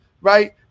right